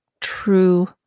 true